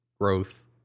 growth